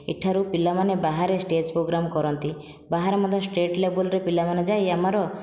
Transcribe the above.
ଏଠାରୁ ପିଲାମାନେ ବାହାରେ ଷ୍ଟେଜ ପ୍ରୋଗ୍ରାମ କରନ୍ତି ବାହାରେ ମଧ୍ୟ ଷ୍ଟେଟ ଲେବଲ୍ର ପିଲାମାନେ ଯାଇ ଆମର